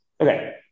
Okay